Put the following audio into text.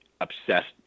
obsessed